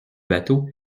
bateau